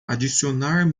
adicionar